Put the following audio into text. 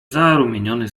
zarumieniony